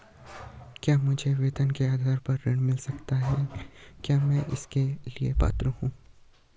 क्या मुझे वेतन के आधार पर ऋण मिल सकता है क्या मैं इसके लिए पात्र हूँ?